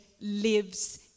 lives